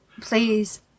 please